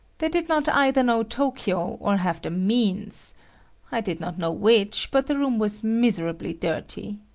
they did not either know tokyo or have the means i did not know which, but the room was miserably dirty.